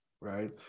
right